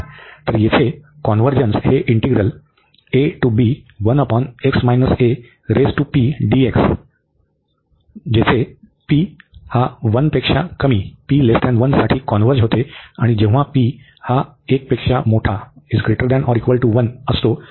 तर येथे कॉन्व्हर्जन्स हे इंटीग्रल साठी कॉन्व्हर्ज होते आणि जेव्हा हे